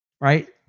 Right